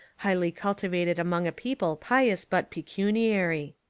highly cultivated among a people pious but pecuniary.